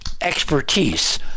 expertise